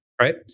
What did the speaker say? right